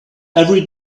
every